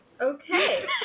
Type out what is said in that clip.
Okay